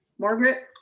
margaret.